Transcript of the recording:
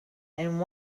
and